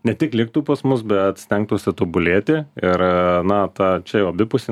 ne tik liktų pas mus bet stengtųsi tobulėti ir na ta čia jau abipusė